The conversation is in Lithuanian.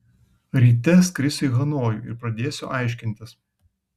ryte skrisiu į hanojų ir pradėsiu aiškintis